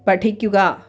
പഠിക്കുക